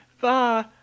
bye